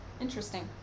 Interesting